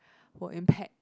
will impact